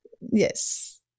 yes